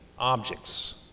Objects